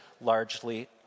largely